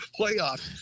playoffs